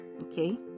Okay